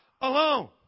alone